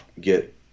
get